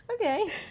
okay